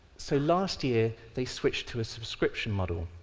so, last year, they switched to a subscription model.